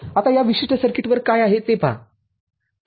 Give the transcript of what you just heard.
आता या विशिष्ट सर्किटवर काय आहे ते पहा